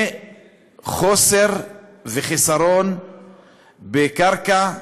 מחוסר ומחסור בקרקע.